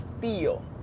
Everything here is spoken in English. feel